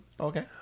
Okay